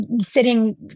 sitting